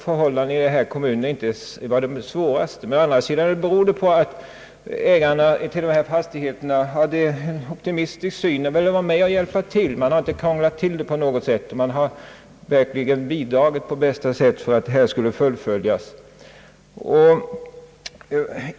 Förhållandena i den här kommunen hör naturligtvis inte till de svåraste, men ägarna till fastigheterna hade en optimistisk inställning. De ville vara med och hjälpa till, och de krånglade inte till saken på något sätt utan bidrog på bästa sätt till att fullfölja det man föresatt sig.